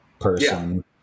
person